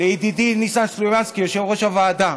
לידידי ניסן סלומינסקי, יושב-ראש הוועדה,